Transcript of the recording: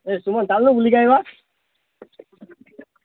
ଏ ସୁମନ ଚାଲୁନୁ ବୁଲିକି ଆସିବା